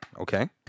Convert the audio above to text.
Okay